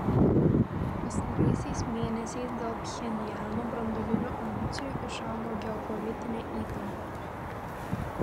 pastaraisiais mėnesiais dėl pchenjano branduolinių ambicijų išaugo geopolitinė įtampa